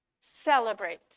celebrate